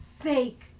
Fake